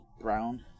brown